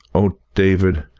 oh, david,